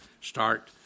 start